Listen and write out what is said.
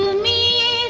me